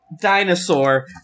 dinosaur